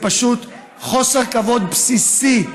זה פשוט חוסר כבוד בסיסי,